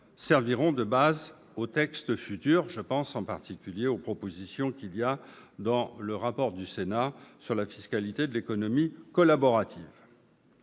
serviront de base aux textes futurs- je pense en particulier aux dispositions issues du rapport du Sénat relatif à la fiscalité de l'économie collaborative.